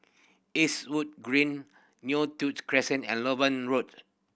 Eastwood Green Neo Tiew Crescent and Loewen Road